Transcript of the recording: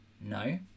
No